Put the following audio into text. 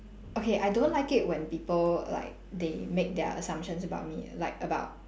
okay I don't like it when people like they make their assumptions about me like about